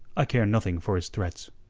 i care nothing for his threats.